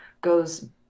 goes